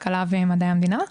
כלכלה ומדעי המדינה.